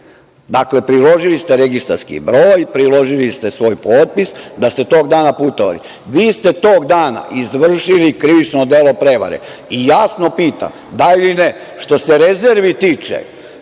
dakle priložili ste registarski broj, priložili se svoj potpis da ste tog dana putovali, vi ste tog dana izvršili krivično delo prevare i jasno pitam – da ili ne? Što se rezervi tiče,